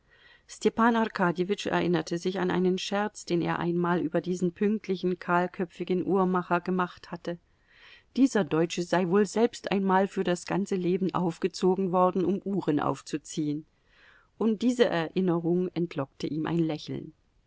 arkadjewitsch erinnerte sich an einen scherz den er einmal über diesen pünktlichen kahlköpfigen uhrmacher gemacht hatte dieser deutsche sei wohl selbst einmal für das ganze leben aufgezogen worden um uhren aufzuziehen und diese erinnerung entlockte ihm ein lächeln